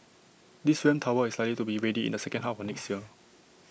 this ramp tower is likely to be ready in the second half of next year